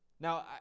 Now